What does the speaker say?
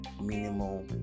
minimal